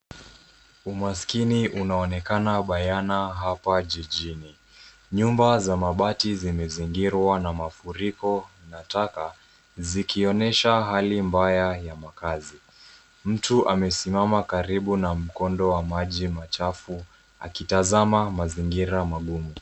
Umaskini unaonekana bayana hapa jijini nyumba za mabati zimezingirwa na mafuriko na taka zikionyesha hali mbaya ya makazi. Mtu amesimama karibu na mkondo wa maji machafu akitazama mazingira magumu.